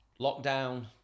lockdown